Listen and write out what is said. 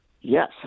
Yes